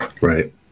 Right